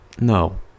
No